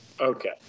Okay